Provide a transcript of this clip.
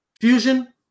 Fusion